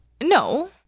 No